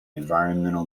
environmental